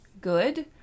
good